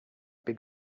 big